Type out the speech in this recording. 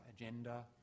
agenda